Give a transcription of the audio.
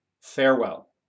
Farewell